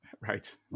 Right